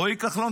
רועי כחלון,